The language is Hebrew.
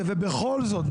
אבל בכל זאת,